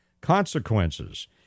consequences